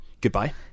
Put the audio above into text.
Goodbye